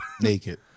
Naked